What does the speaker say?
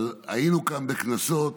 שהיינו כאן בכנסות,